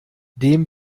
dem